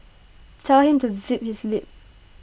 tell him to zip his lip